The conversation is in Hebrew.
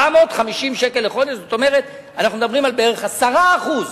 שקל בחודש, עם שירותים שהתלמיד מקבל וכל מה שנלווה